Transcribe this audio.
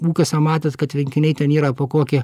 ūkiuose matėt kad tvenkiniai ten yra po kokį